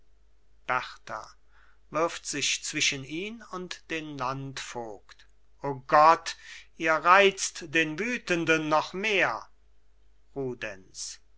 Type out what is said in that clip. berta wirft sich zwischen ihn und den landvogt o gott ihr reizt den wütenden noch mehr